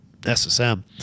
SSM